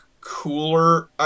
cooler